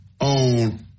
Own